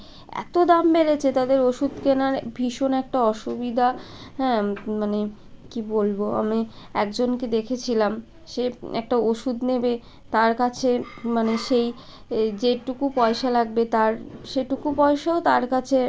এতো দাম বেড়েছে তাদের ওষুধ কেনার ভীষণ একটা অসুবিধা হ্যাঁ মানে কী বলবো আমি একজনকে দেখেছিলাম সে একটা ওষুধ নেবে তার কাছে মানে সেই এ যেটুকু পয়সা লাগবে তার সেটুকু পয়সাও তার কাছে